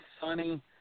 sunny